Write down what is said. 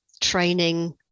training